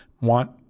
want